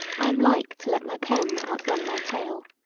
i am like to let my pen outrun my tale.